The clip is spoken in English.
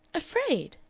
afraid!